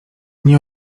nie